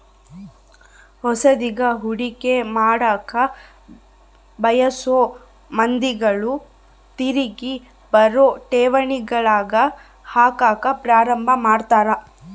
ಹೊಸದ್ಗಿ ಹೂಡಿಕೆ ಮಾಡಕ ಬಯಸೊ ಮಂದಿಗಳು ತಿರಿಗಿ ಬರೊ ಠೇವಣಿಗಳಗ ಹಾಕಕ ಪ್ರಾರಂಭ ಮಾಡ್ತರ